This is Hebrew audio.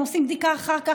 הם עושים בדיקה אחר כך,